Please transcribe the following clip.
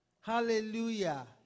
Hallelujah